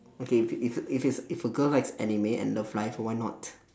okay if it if it if it's if a girl likes anime and love live why not